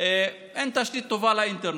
אין תשתית טובה לאינטרנט,